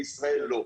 בישראל לא.